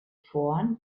vorn